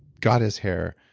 goddess hair.